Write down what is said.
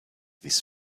this